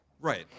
Right